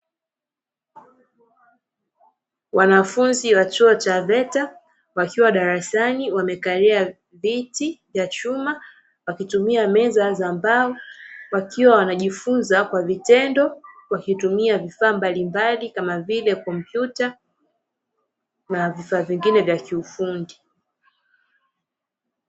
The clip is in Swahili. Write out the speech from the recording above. Wanafunzi wa chuo cha veta wakiwa darasani, wamekalia viti vya chuma wakitumia meza za mbao, wanajifunza kwa vitendo wakitumia vifaa mbalimbali, kama vile kompyuta na vifaa vingine vya kiufundi.